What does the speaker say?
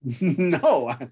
no